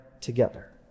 together